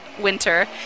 winter